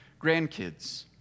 grandkids